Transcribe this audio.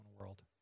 world